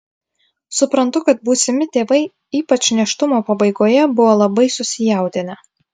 suprantu kad būsimi tėvai ypač nėštumo pabaigoje buvo labai susijaudinę